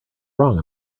wrong